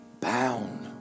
bound